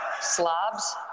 slobs